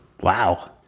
Wow